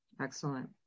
excellent